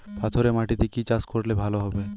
পাথরে মাটিতে কি চাষ করলে ভালো হবে?